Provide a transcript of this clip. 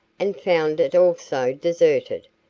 and found it also deserted,